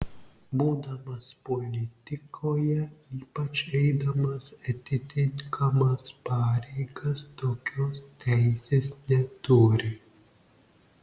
būdamas politikoje ypač eidamas atitinkamas pareigas tokios teisės neturi